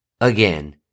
Again